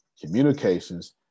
communications